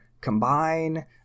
combine